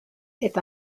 est